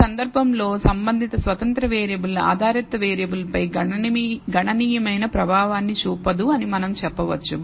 ఈ సందర్భంలో సంబంధిత స్వతంత్ర వేరియబుల్ ఆధారిత వేరియబుల్ పై గణనీయమైన ప్రభావాన్ని చూపదు అని మనం చెప్పవచ్చు